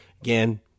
again